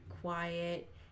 quiet